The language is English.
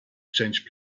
change